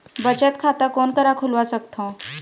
बचत खाता कोन करा खुलवा सकथौं?